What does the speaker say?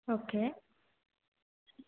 okay